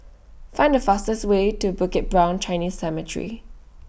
Find The fastest Way to Bukit Brown Chinese Cemetery